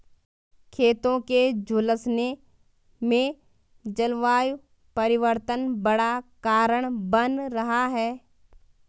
खेतों के झुलसने में जलवायु परिवर्तन बड़ा कारण बन रहा है